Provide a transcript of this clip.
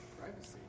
Privacy